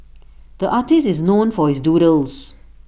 the artist is known for his doodles